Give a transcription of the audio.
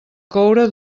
coure